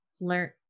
learn